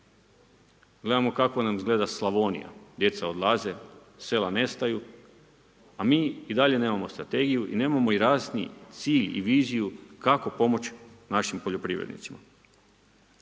Gledamo kako nam izgleda Slavonija, djeca odlaze, sela nestaju, a mi i dalje nemamo strategiju, nemamo i jasni cilj i viziju kako pomoći našim poljoprivrednicima.